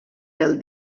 pel